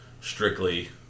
strictly